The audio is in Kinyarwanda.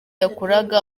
yakoraga